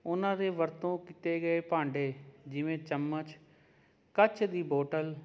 ਉਨ੍ਹਾਂ ਦੇ ਵਰਤੋਂ ਕੀਤੇ ਗਏ ਭਾਂਡੇ ਜਿਵੇਂ ਚਮਚ ਕੱਚ ਦੀ ਬੋਟਲ